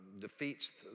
defeats